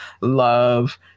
love